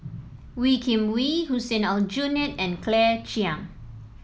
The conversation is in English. Wee Kim Wee Hussein Aljunied and Claire Chiang